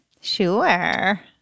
Sure